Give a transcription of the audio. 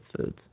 foods